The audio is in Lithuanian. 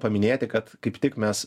paminėti kad kaip tik mes